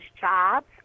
jobs